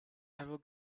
ever